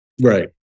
Right